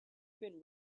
been